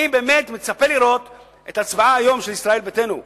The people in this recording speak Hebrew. אני באמת מצפה לראות את ההצבעה של ישראל ביתנו היום,